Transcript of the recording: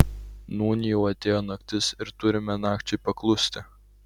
nūn jau atėjo naktis ir turime nakčiai paklusti